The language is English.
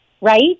right